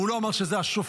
הוא לא אמר שזה השופטים,